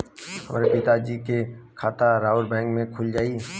हमरे पिता जी के खाता राउर बैंक में खुल जाई?